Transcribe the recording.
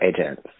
agents